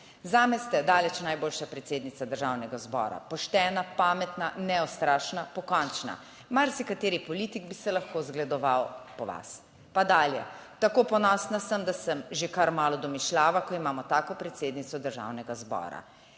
"Zame ste daleč najboljša predsednica Državnega zbora, poštena, pametna, neustrašna, pokončna. Marsikateri politik bi se lahko zgledoval po vas." Pa dalje. "Tako ponosna sem, da sem že kar malo domišljava, ko imamo tako predsednico Državnega zbora.